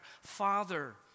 Father